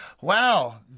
Wow